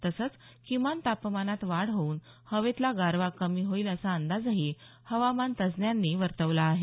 तसंच किमान तापमानात वाढ होऊन हवेतला गारवा कमी होईल असा अंदाजही हवामान तज्ज्ञांनी वर्तवला आहे